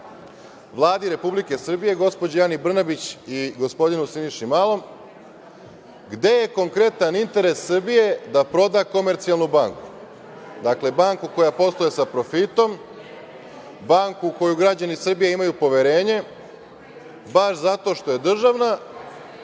Vladi Republike Srbije, gospođi Ani Brnabić i gospodinu Siniši Malom – gde je konkretan interes Srbije da proda „Komercijalnu banku“? Dakle, banku koja posluje sa profitom, banku u koju građani Srbije imaju poverenje baš zato što je državna